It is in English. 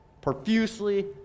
profusely